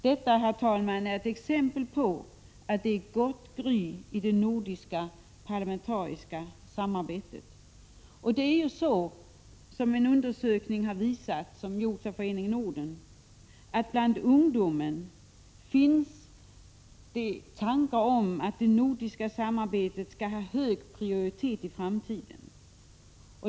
Detta är ett exempel på att det är gott gry i det nordiska parlamentariska samarbetet. En undersökning som har gjorts av Föreningen Norden har visat att det bland ungdomen finns tankar om att det nordiska samarbetet skall ha hög prioritet i framtiden.